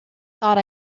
thought